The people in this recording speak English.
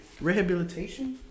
rehabilitation